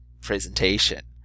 presentation